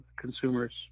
consumers